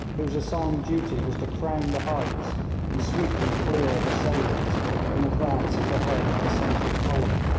whose assigned duty was to crown the heights and sweep them clear of assailants in advance of the head of the central column.